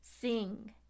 Sing